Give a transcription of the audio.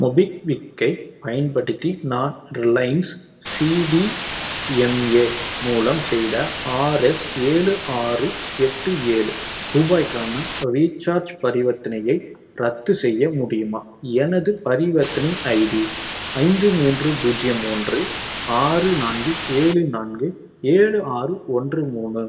MobiKwik ஐப் பயன்படுத்தி நான் ரிலையன்ஸ் சிடிஎம்ஏ மூலம் செய்த ஆர் எஸ் ஏழு ஆறு எட்டு ஏழு ரூபாய்க்கான ரீசார்ஜ் பரிவர்த்தனையை ரத்து செய்ய முடியுமா எனது பரிவர்த்தனை ஐடி ஐந்து மூன்று பூஜ்ஜியம் ஒன்று ஆறு நான்கு ஏழு நான்கு ஏழு ஆறு ஒன்று மூணு